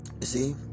see